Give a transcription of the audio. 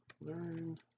learn